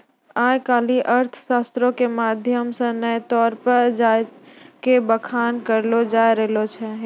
आइ काल्हि अर्थशास्त्रो के माध्यम से नया तौर पे चीजो के बखान करलो जाय रहलो छै